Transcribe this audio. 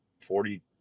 forty